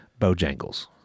Bojangles